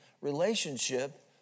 relationship